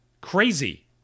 Crazy